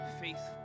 faithful